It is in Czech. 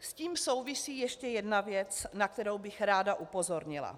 S tím souvisí ještě jedna věc, na kterou bych ráda upozornila.